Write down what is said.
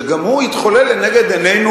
שגם הוא התחולל לנגד עינינו,